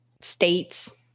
states